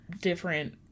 different